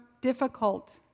difficult